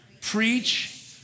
preach